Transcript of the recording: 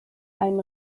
einen